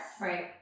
Right